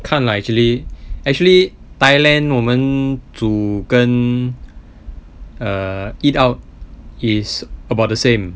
看 lah actually actually thailand 我们煮跟 err eat out is about the same